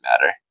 matter